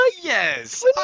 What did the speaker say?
Yes